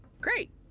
Great